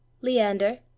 Leander